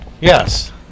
Yes